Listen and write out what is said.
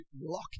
lock